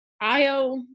Io